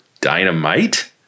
dynamite